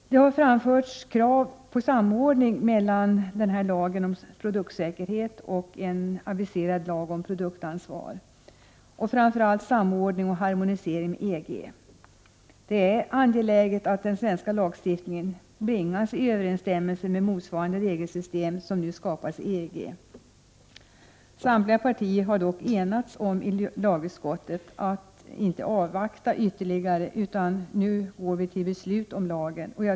Det har framförts krav på samordning mellan denna lag om produktsäkerhet och en aviserad lag om produktansvar och framför allt en samordning och harmonisering med EG. Det är angeläget att den svenska lagstiftningen bringas i överensstämmelse med motsvarande regelsystem som nu skapas i EG. Samtliga partier har dock enats i lagutskottet om att inte avvakta ytterligare utan gå till beslut om lagen.